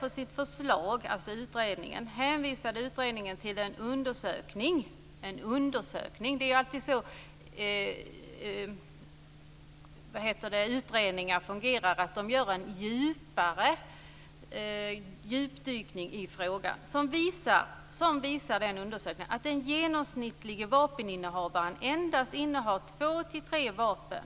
Där står följande: "Som skäl för sitt förslag hänvisade utredningen till en undersökning som visar att den genomsnittlige vapeninnehavaren endast innehar två till tre vapen